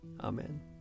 Amen